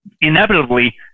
inevitably